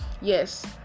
yes